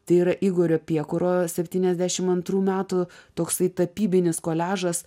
tai yra igorio piekuro septyniasdešimt antrų metų toksai tapybinis koliažas